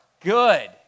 good